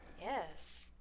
Yes